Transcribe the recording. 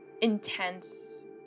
intense